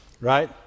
right